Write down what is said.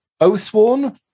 Oathsworn